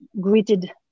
greeted